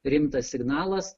rimtas signalas